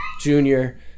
Junior